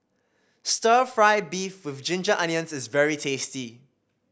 stir fry beef with Ginger Onions is very tasty